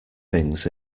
things